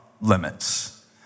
limits